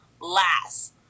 last